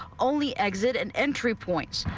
only exit and entry points.